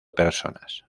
personas